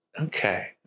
Okay